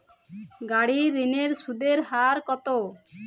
গাড়ির ঋণের সুদের হার কতো?